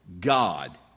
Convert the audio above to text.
God